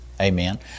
Amen